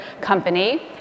company